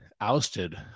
ousted